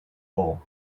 hole